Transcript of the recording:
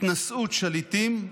התנשאות שליטים,